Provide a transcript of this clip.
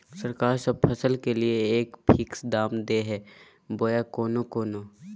सरकार सब फसल के लिए एक फिक्स दाम दे है बोया कोनो कोनो?